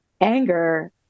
anger